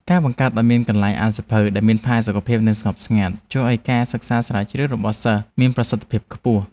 ការបង្កើតឱ្យមានកន្លែងអានសៀវភៅដែលមានផាសុកភាពនិងស្ងប់ស្ងាត់ ជួយឱ្យការសិក្សាស្រាវជ្រាវរបស់សិស្សមានប្រសិទ្ធភាពខ្ពស់។